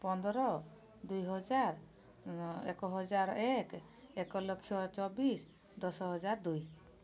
ପନ୍ଦର ଦୁଇ ହଜାର ଏକ ହଜାର ଏକ ଏକ ଲକ୍ଷ ଚବିଶ ଦଶ ହଜାର ଦୁଇ